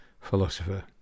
philosopher